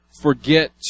forget